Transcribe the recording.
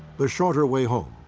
the shorter way home.